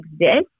exist